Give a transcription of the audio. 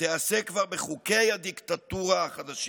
תיעשה כבר בחוקי הדיקטטורה החדשים,